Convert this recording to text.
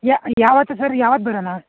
ಯಾ ಯಾವತ್ತು ಸರ್ ಯಾವತ್ತು ಬರೋಣ